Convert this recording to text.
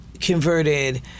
converted